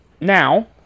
now